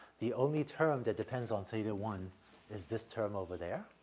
the only term that depends on theta one is this term over there.